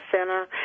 center